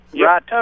Right